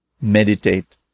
meditate